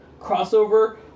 crossover